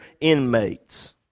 inmates